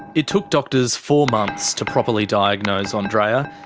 it took doctors four months to properly diagnose um andreea.